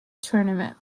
tournament